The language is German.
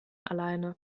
alleine